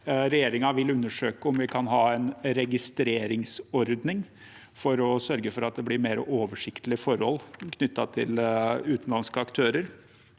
Regjeringen vil undersøke om vi kan ha en registreringsordning for å sørge for at det blir mer oversiktlige forhold knyttet til utenlandske aktører,